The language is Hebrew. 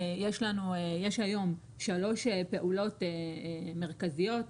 יש היום שלוש פעולות מרכזיות,